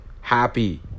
happy